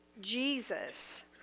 Jesus